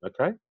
okay